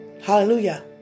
Hallelujah